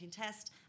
test